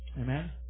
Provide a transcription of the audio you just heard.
Amen